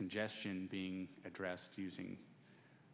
congestion being addressed using